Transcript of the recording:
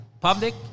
public